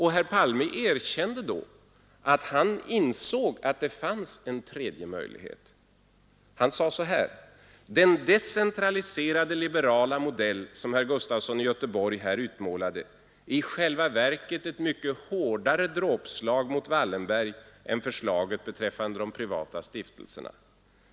Herr Palme erkände då att han insåg att det fanns en tredje möjlighet. Han sade: ”Den decentraliserade liberala modell, som herr Gustafson i Göteborg här utmålade, är i själva verket ett mycket hårdare dråpslag mot Wallenberg än förslaget beträffande de privata stiftelserna.